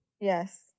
yes